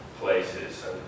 places